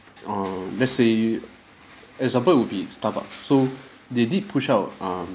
um let's say example will be starbucks so they did push out um